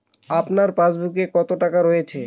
আপনার পাসবুকে কত টাকা রয়েছে?